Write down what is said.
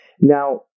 Now